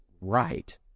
right